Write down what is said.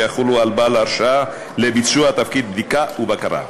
שיחולו על בעל ההרשאה לביצוע תפקיד בדיקה ובקרה.